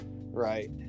Right